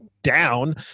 down